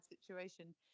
situation